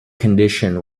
condition